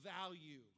value